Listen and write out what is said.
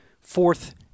fourth